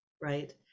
right